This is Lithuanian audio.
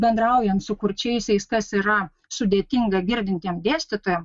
bendraujant su kurčiaisiais kas yra sudėtinga girdintiem dėstytojam